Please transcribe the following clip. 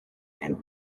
and